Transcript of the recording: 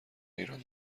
ایران